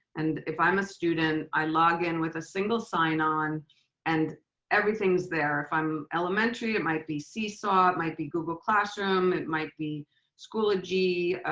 and if i'm a student, i log in with a single sign on and everything is there. if i'm elementary, it might be seesaw, it might be google classroom, it might be schoology,